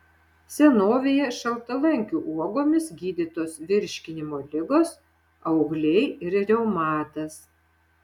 senovėje šaltalankių uogomis gydytos virškinimo ligos augliai ir reumatas